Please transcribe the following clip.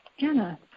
Anna